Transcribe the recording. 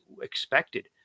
expected